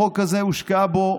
החוק הזה, הושקעה בו,